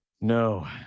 No